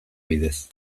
bidez